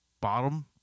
bottom